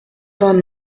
vingt